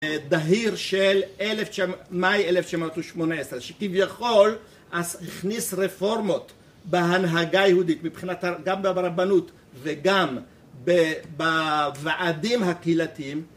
דהיר של מאי 1918 שכביכול הכניס רפורמות בהנהגה היהודית, מבחינת גם ברבנות וגם בוועדים הקהילתיים